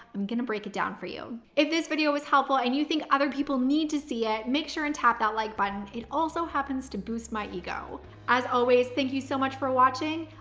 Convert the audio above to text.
i'm going to break it down for you. if this video was helpful and you think other people need to see it, make sure and tap that like button. it also happens to boost my ego as always. thank you so much for watching.